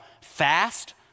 fast